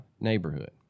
Neighborhood